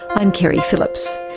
i'm keri phillips,